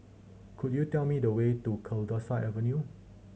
could you tell me the way to Kalidasa Avenue